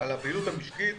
על הפעילות המשקית,